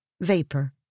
vapor